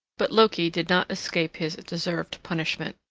but loki did not escape his deserved punishment.